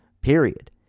period